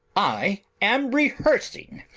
i am rehearsing,